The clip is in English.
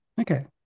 Okay